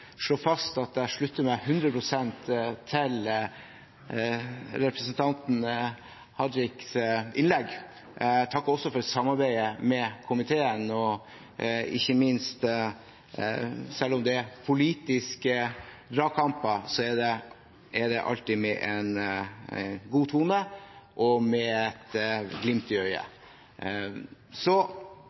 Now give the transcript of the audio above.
slå fast at jeg slutter meg hundre prosent til representanten Tajiks innlegg. Jeg takker også for samarbeidet med komiteen og ikke minst for at selv om det er politiske dragkamper, er det alltid en god tone og med et glimt i øyet. Så